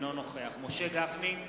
אינו נוכח משה גפני,